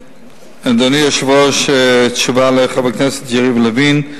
אדוני היושב-ראש, תשובה לחבר הכנסת יריב לוין: